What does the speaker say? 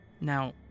Now